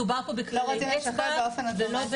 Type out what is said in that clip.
מדובר פה בכללי אצבע --- לא רוצים לשחרר באופן אוטומטי.